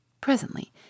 Presently